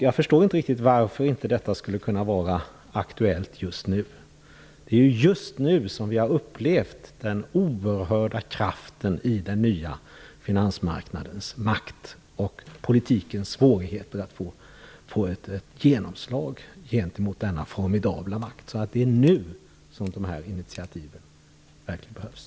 Jag förstår inte riktigt varför detta inte skulle kunna vara aktuellt just nu. Det är ju just nu som vi har upplevt den oerhörda kraften i den nya finansmarknadens makt och politikens svårigheter att få ett genomslag gentemot denna formidabla makt. Det är nu som de här initiativen verkligen behövs.